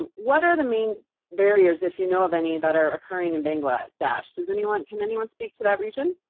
um what are the main barriers, if you know of any, that are occurring in bangladesh? does anyone can anyone speak to that region?